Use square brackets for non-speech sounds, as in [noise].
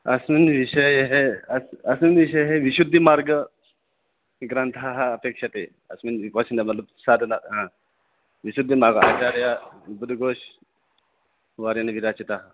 अस्मिन् विषये अ अस्मिन् विषये विशुद्धिमार्गग्रन्थाः अपेक्षते अस्मिन् [unintelligible] साधना हा विशुद्धिमार्ग आचार्य उद्घोषवारिणिविरचिताः